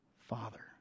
father